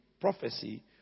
prophecy